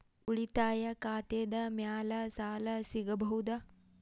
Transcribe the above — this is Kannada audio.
ಉಳಿತಾಯ ಖಾತೆದ ಮ್ಯಾಲೆ ಸಾಲ ಸಿಗಬಹುದಾ?